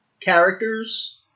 characters